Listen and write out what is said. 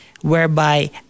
whereby